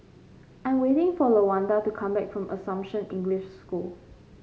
I am waiting for Lawanda to come back from Assumption English School